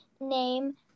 name